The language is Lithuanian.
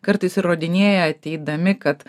kartais įrodinėja ateidami kad